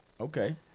Okay